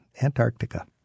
Antarctica